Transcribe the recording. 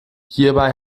hierbei